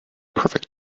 perfect